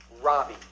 Robbie